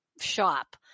shop